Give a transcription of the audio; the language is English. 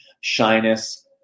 shyness